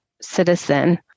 citizen